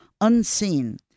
unseen